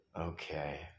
okay